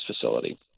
facility